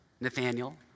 Nathaniel